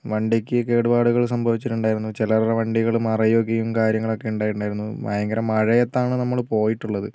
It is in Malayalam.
വണ്ടിക്ക് കേടുപാടുകൾ സംഭവിച്ചിട്ടുണ്ടായിരുന്നു ചിലവരുടെ വണ്ടികള് മറിയുകയും കാര്യങ്ങളൊക്കെ ഉണ്ടായിട്ടുണ്ടായിരുന്നു ഭയങ്കര മഴയത്താണ് നമ്മൾ പോയിട്ടുള്ളത്